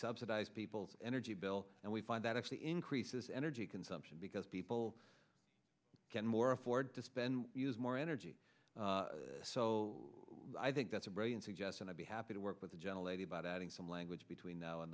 subsidize people's energy bill and we find that actually increases energy consumption because people get more afford to spend use more energy so i think that's a brilliant suggestion i'd be happy to work with the gentle lady about adding some language between now and